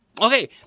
Okay